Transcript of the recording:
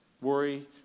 worry